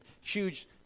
huge